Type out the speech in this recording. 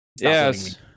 Yes